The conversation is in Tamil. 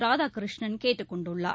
ராதாகிருஷ்ணன் கேட்டுக் கொண்டுள்ளார்